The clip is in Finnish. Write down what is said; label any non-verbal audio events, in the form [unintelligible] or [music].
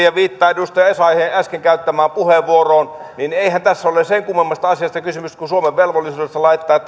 [unintelligible] ja viittaan edustaja essayahin äsken käyttämään puheenvuoroon niin eihän tässä ole ole sen kummemmasta asiasta kysymys kuin suomen velvollisuudesta laittaa [unintelligible]